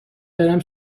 برم